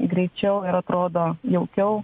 greičiau ir atrodo jaukiau